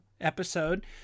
episode